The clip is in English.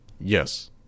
Yes